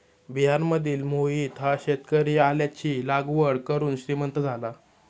बिहारमधील मोहित हा शेतकरी आल्याची लागवड करून श्रीमंत झाला